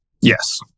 Yes